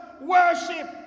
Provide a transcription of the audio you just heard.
worship